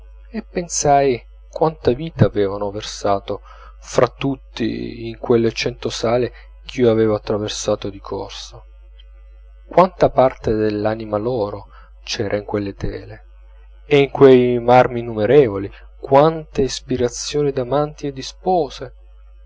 e pensai quanta vita avevano versato fra tutti in quelle cento sale ch'io avevo attraversate di corsa quanta parte dell'anima loro c'era in quelle tele e in quei marmi innumerevoli quante ispirazioni d'amanti e di spose